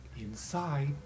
inside